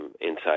inside